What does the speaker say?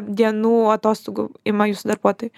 dienų atostogų ima jūsų darbuotojai